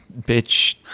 bitch